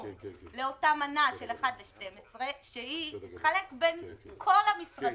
לאותה מנה של 1/12 שתתחלק בין כל המשרדים,